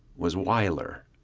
was wyler,